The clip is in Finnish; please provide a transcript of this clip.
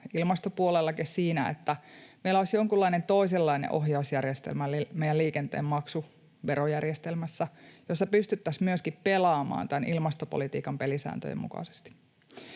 ilmastopuolellakin siinä, että meillä olisi jonkunlainen toisenlainen ohjausjärjestelmä meidän liikenteen maksu- ja verojärjestelmässä, jossa pystyttäisiin myöskin pelaamaan tämän ilmastopolitiikan pelisääntöjen mukaisesti.